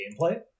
gameplay